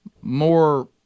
more